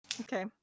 Okay